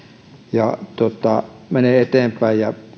ja menee eteenpäin